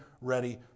ready